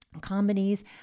comedies